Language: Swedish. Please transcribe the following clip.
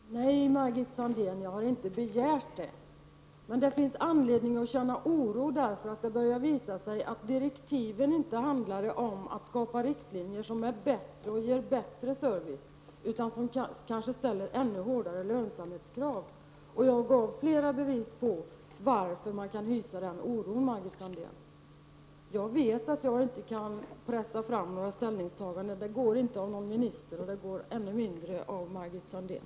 Herr talman! Nej, Margit Sandéhn, jag har inte begärt det. Men det finns anledning att börja känna oro, eftersom det har visat sig att direktiven inte handlar om att skapa riktlinjer för en bättre service utan kanske om att ställa hårdare lönsamhetskrav. Jag gav flera bevis för att man bör hysa den oron, Margit Sandéhn. Jag vet att jag inte kan pressa fram några ställningstaganden. Det kan man inte göra från en minister och ännu mindre från Margit Sandéhn.